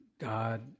God